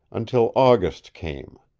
until august came,